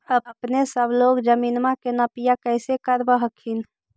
अपने सब लोग जमीनमा के नपीया कैसे करब हखिन?